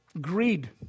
Greed